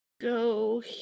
Go